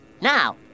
Now